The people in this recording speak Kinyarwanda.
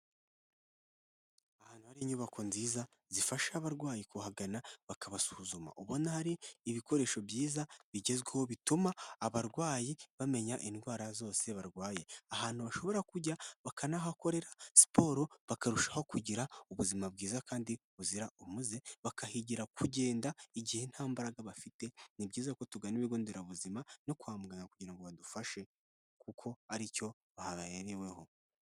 Ahantu hari inyubako nziza zifasha abarwayi kuhagana bakabasuzuma. Ubona hari ibikoresho byiza bigezweho bituma abarwayi bamenya indwara zose barwaye, ahantu bashobora kujya bakanahakorera siporo bakarushaho kugira ubuzima bwiza kandi buzira umuze, bakahigira kugenda igihe nta mbaraga bafite ni byiza ko tugana ibigo nderabuzima no kwa muganga kugira ngo badufashe kuko aricyo habereyeho.